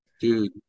Dude